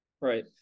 Right